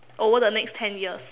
over the next ten years